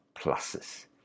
pluses